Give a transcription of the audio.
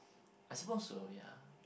I suppose so ya